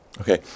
Okay